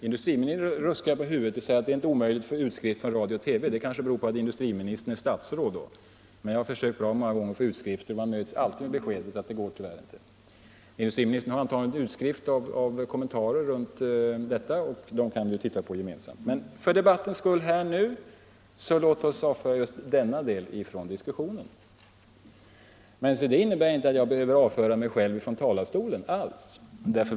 Industriministern ruskar på huvudet — att det inte är omöjligt för honom att få utskrifter från radio och TV kanske beror på att han är statsråd. Men jag har försökt många gånger att få utskrifter och alltid mötts av beskedet att det tyvärr inte går. Industriministern har antagligen en utskrift av kommentarer runt detta spörsmål, och den kan vi titta på gemensamt. Låt oss för debattens skull avföra just denna del från diskussionen. Men det innebär inte alls att jag behöver avföra mig själv från talarstolen.